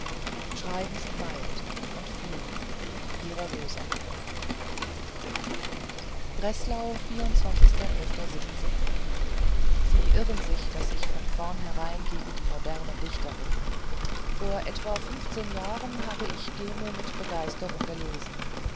schreiben sie bald und viel ihre rosa breslau sie irren sich daß ich von vornherein gegen die modernen dichter bin vor etwa jahren habe ich dehmel mit begeisterung gelesen